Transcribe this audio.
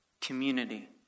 Community